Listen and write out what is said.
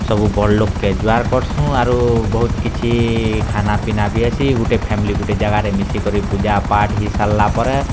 ସବୁ ବଡ଼୍ ଲୋକ୍କେ ଜୁହାର୍ କର୍ସୁଁ ଆରୁ ବହୁତ୍ କିଛି ଖାନାପିନା ବି ହେସି ଗୁଟେ ଫ୍ୟାମିଲି ଗୁଟେ ଜାଗାରେ ମିଶିକରି ପୂଜା ପାଠ୍ ହେଇସାରିଲା ପରେ